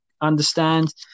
understand